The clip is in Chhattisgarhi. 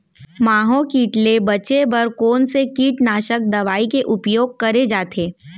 माहो किट ले बचे बर कोन से कीटनाशक दवई के उपयोग करे जाथे?